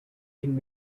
can